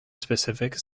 specific